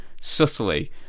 subtly